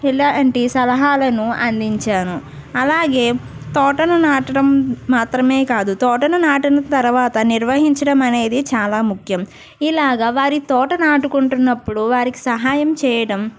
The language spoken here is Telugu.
ఇలాంటి సలహాలను అందించాను అలాగే తోటను నాటడం మాత్రమే కాదు తోటను నాటిన తర్వాత నిర్వహించడం అనేది చాలా ముఖ్యం ఇలాగ వారి తోట నాటుకుంటు ఉన్నపుడు వారికి సహాయం చేయడం